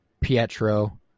Pietro